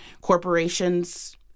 corporations